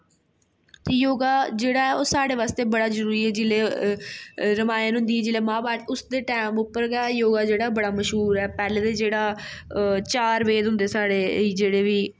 योगा जेह्ड़ा ऐ ओह् साढ़े बास्तै बड़ा जरूरी ऐ जिसलै रमायण होंदी जिसलै महाभारत होंदी उसदे टैम पर गै योगा जेह्ड़ा बड़ा मशहूर ऐ पैह्लें दे जेह्ड़े चार भेद होंदे ना साढ़े जेह्ड़ी बी